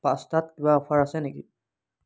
পাস্তাত কিবা অফাৰ আছে নেকি